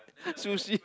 sushi